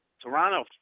Toronto